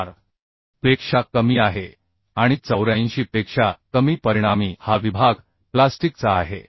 4 पेक्षा कमी आहे आणि 84पेक्षा कमी परिणामी हा विभाग प्लास्टिकचा आहे